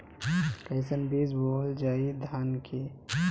कईसन बीज बोअल जाई धान के?